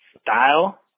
Style